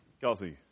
Kelsey